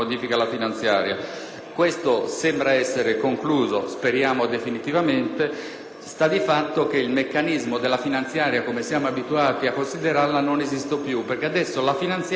tempo sembra essere concluso, speriamo definitivamente. Sta di fatto che il meccanismo della finanziaria, come siamo abituati a considerarla, non esiste più, perché adesso la finanziaria è esclusivamente un